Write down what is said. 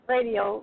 Radio